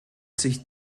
sich